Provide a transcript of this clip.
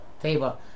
table